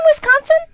Wisconsin